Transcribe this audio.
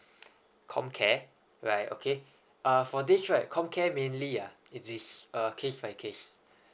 com care right okay uh for this right com care mainly ah it is uh case by case